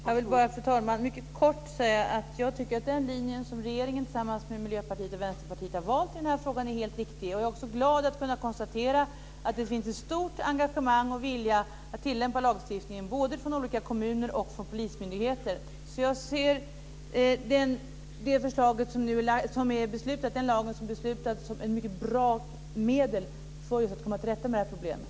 Fru talman! Jag vill bara mycket kort säga att jag tycker att den linje regeringen, tillsammans med Miljöpartiet och Vänsterpartiet, har valt i frågan är helt riktig. Jag är också glad att kunna konstatera att det finns ett stort engagemang och en stor vilja att tillämpa lagstiftningen både från olika kommuner och från polismyndigheter. Jag ser den lag som har beslutats som ett bra medel för att komma till rätta med problemet.